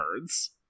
birds